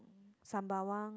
Sembawang